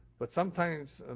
but sometimes,